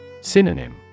Synonym